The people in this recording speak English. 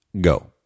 go